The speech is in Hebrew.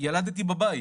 "..ילדתי בבית